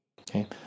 Okay